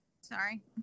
Sorry